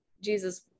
Jesus